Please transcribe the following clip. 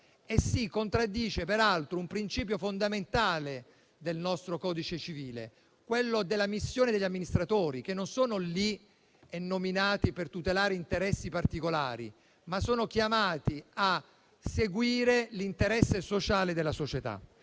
Si contraddice peraltro un principio fondamentale del nostro codice civile, quello della missione degli amministratori, che non sono nominati per tutelare interessi particolari, ma sono chiamati a seguire l'interesse sociale della società.